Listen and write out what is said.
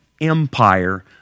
Empire